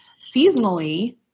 seasonally